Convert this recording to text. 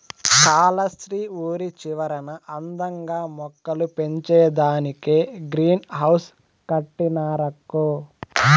కాలస్త్రి ఊరి చివరన అందంగా మొక్కలు పెంచేదానికే గ్రీన్ హౌస్ కట్టినారక్కో